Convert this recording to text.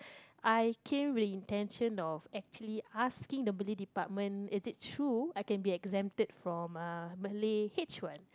I came with intention of actually asking the Malay department is it true I can be exempted from uh Malay H one